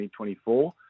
2024